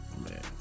Man